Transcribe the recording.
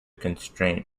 constraint